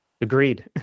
Agreed